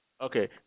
Okay